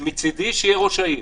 מצדי, ראש העיר,